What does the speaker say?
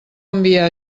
enviar